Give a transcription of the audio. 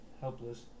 helpless